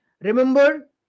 Remember